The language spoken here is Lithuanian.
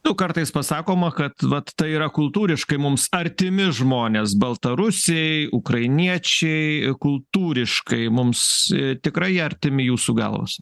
nu kartais pasakoma kad vat tai yra kultūriškai mums artimi žmonės baltarusiai ukrainiečiai kultūriškai mums tikrai artimi jūsų galvos